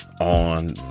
on